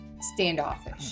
standoffish